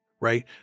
right